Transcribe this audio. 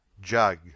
jug